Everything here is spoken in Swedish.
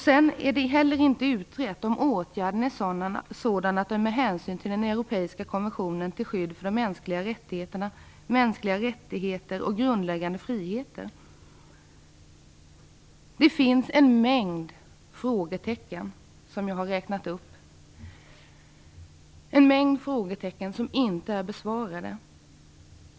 Det är heller inte utrett om åtgärden är sådan att den enligt den europeiska konventionen om skydd för de mänskliga rättigheterna tar hänsyn till mänskliga rättigheter och grundläggande friheter. Det finns en mängd frågetecken. Jag har räknat upp många frågor som inte är besvarade.